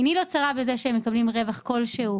עיני לא צרה שהם מקבלים רווח כלשהו,